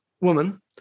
woman